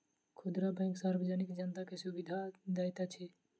खुदरा बैंक सार्वजनिक जनता के सुविधा दैत अछि